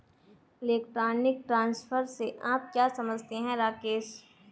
Electronic transfer से आप क्या समझते हैं, राकेश?